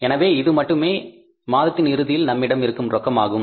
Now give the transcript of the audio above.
எனவே இது மட்டுமே மாதத்தின் இறுதியில் நம்மிடம் இருக்கும் ரொக்கம் ஆகும்